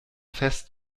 fest